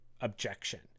objection